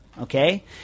okay